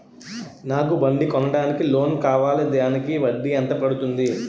నాకు బండి కొనడానికి లోన్ కావాలిదానికి వడ్డీ ఎంత పడుతుంది?